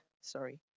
Sorry